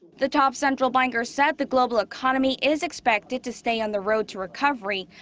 the top central banker said the global economy is expected to stay on the road to recovery.